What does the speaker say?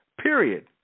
period